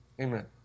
Amen